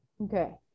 Okay